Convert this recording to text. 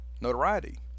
notoriety